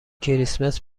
کریسمس